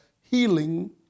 healing